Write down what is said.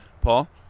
Paul